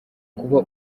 kuba